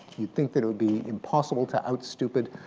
you think that it would be impossible to out-stupid